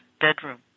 bedroom